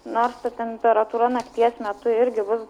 nors ta temperatūra nakties metu irgi bus